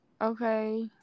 Okay